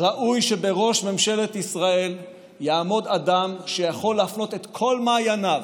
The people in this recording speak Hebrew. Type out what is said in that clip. ראוי שבראש ממשלת ישראל יעמוד אדם שיכול להפנות את כל מעייניו,